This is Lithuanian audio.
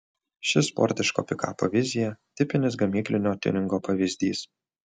ši sportiško pikapo vizija tipinis gamyklinio tiuningo pavyzdys